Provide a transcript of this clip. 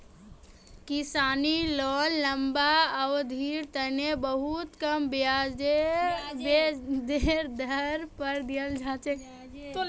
किसानी लोन लम्बा अवधिर तने बहुत कम ब्याजेर दर पर दीयाल जा छे